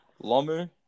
Lomu